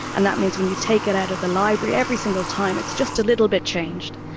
and that means when you take it out of the library, every single time it's just a little bit changed,